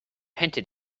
hinted